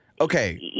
Okay